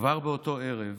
כבר באותו ערב